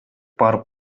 барып